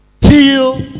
till